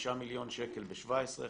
חמישה מיליון שקל ב-17',